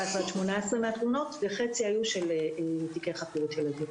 עד 18 וחצי היו תיקי חקירות של ילדים.